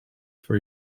for